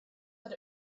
that